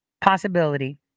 possibility